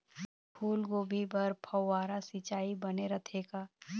फूलगोभी बर फव्वारा सिचाई बने रथे का?